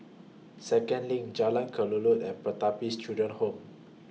Second LINK Jalan Kelulut and Pertapis Children Home